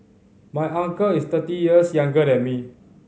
my uncle is thirty years younger than me